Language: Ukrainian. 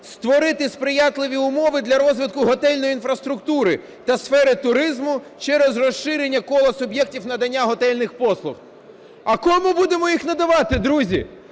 створити сприятливі умови для розвитку готельної інфраструктури та сфери туризму через розширення кола суб'єктів надання готельних послуг. А кому будемо їх надавати, друзі?